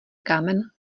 kámen